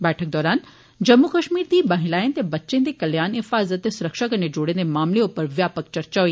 बैठक दौरान जम्मू कश्मीर दी महिलाएं ते बच्चें दे कल्याण हिफाजत ते सुरक्षा कन्नै जुड़े दे मामले उप्पर व्यापक चर्चा होई